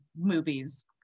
movies